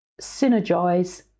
synergize